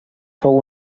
fou